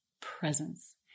presence